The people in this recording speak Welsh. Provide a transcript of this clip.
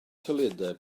toiledau